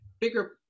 bigger